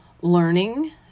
learning